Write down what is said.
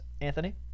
Anthony